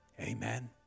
Amen